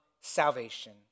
salvation